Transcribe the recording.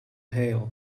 hail